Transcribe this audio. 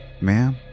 ma'am